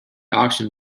auction